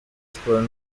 sports